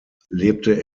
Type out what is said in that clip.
lebte